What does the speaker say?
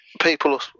People